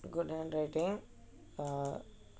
good handwriting uh